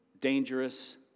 dangerous